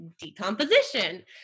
decomposition